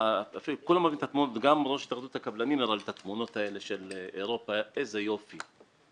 גם ראש התאחדות הקבלנים הראה לי בתמונות איזה יופי הפיגום האירופי.